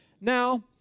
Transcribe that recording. Now